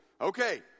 Okay